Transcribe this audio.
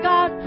God